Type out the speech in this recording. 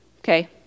Okay